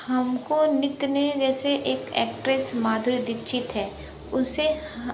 हमको नृत्य में जैसे एक एक्ट्रेस माधुरी दीक्षित है उसे